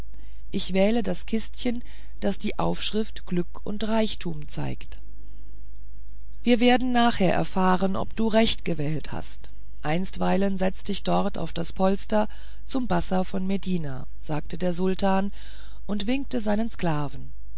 ich wähle das kistchen das die aufschrift glück und reichtum zeigt wir werden nachher erfahren ob du recht gewählt hast einstweilen setze dich dort auf das polster zum bassa von medina sagte der sultan und winkte seinen sklaven